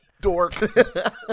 dork